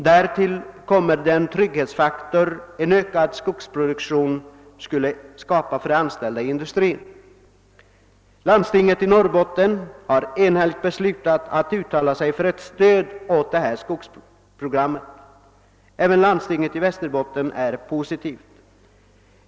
Därtill kommer den trygghetsfaktor som en ökad skogsproduktion skulle skapa för de anställda i industrin. Landstinget i Norrbotten har enhälligt beslutat att uttala sig för ett stöd åt skogsprogrammet. Även landstinget i Västerbotten är positivt.